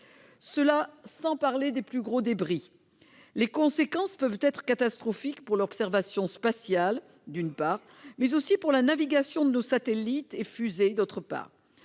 Terre- sans parler des plus gros débris. Les conséquences peuvent être catastrophiques pour l'observation spatiale, mais aussi pour la navigation de nos satellites et fusées. Dans les